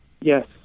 Yes